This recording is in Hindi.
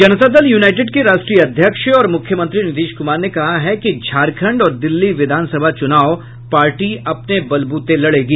जनता दल यूनाईटेड के राष्ट्रीय अध्यक्ष और मूख्यमंत्री नीतीश कुमार ने कहा है कि झारखंड और दिल्ली विधानसभा चूनाव पार्टी अपने बलबूते लड़ेगी